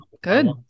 good